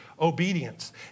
obedience